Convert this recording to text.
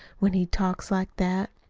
when he talks like that.